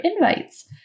invites